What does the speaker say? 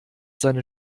seine